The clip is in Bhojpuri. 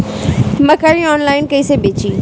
मकई आनलाइन कइसे बेची?